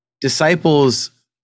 Disciples